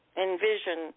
Envision